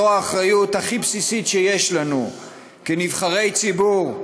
זו האחריות הכי בסיסית שיש לנו כנבחרי ציבור,